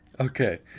Okay